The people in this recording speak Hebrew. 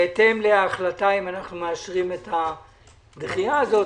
בהתאם להחלטה אם אנו מאשרים את הדחייה הזאת,